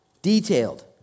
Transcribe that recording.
Detailed